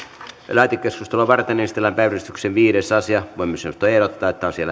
lähetekeskustelua varten esitellään päiväjärjestyksen kuudes asia puhemiesneuvosto ehdottaa että asia